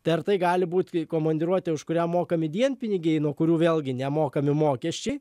tai ar tai gali būti komandiruotė už kurią mokami dienpinigiai nuo kurių vėlgi nemokami mokesčiai